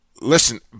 listen